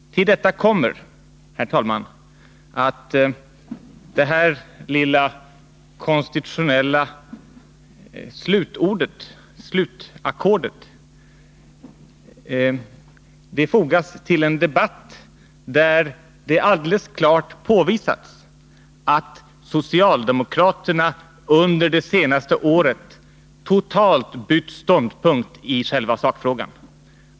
Till detta kommer, herr talman, att detta konstitutionella slutord, detta slutackord, fogas till en debatt där det alldeles klart påvisats att socialdemokraterna under det senaste året totalt bytt ståndpunkt i själva sakfrågan.